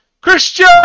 Christian